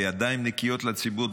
בידיים נקיות לציבור,